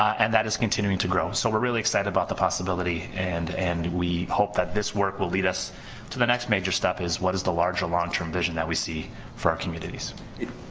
and that is continuing to grow so we're really excited about the possibility and and we hope that this work will lead us to the next major step is what is the larger long term vision that we see for our communities